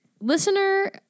listener